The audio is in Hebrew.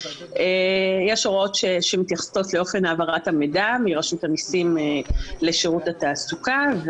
יש הוראות שמתייחסות לאופן העברת המידע מרשות המיסים לשירות התעסוקה,